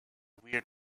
weird